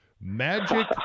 Magic